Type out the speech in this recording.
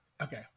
Okay